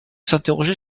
s’interroger